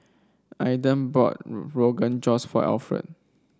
Aiden bought Rogan Josh for Alfred